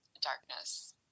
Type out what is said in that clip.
darkness